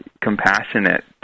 compassionate